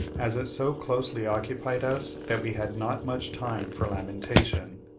as it so closely occupied us that we had not much time for lamentation.